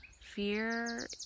fear